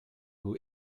who